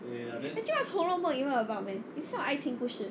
actually what's 红楼梦 even about man is not 爱情故事